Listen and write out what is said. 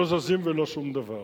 לא זזים ולא שום דבר.